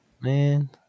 Man